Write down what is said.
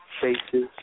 Faces